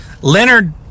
Leonard